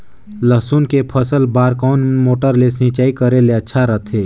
लसुन के फसल बार कोन मोटर ले सिंचाई करे ले अच्छा रथे?